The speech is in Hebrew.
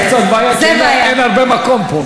זאת קצת בעיה, כי אין הרבה מקום פה.